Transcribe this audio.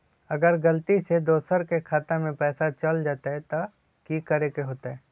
अगर गलती से दोसर के खाता में पैसा चल जताय त की करे के होतय?